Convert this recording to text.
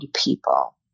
people